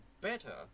better